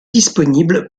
disponible